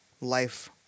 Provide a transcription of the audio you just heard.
life